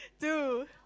two